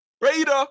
Raider